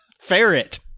Ferret